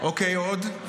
עוד?